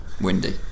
Windy